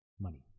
money